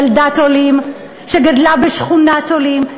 ילדת עולים שגדלה בשכונת עולים,